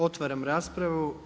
Otvaram raspravu.